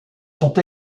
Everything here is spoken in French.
sont